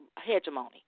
hegemony